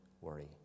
worry